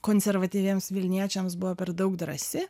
konservatyviems vilniečiams buvo per daug drąsi